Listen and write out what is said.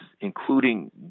including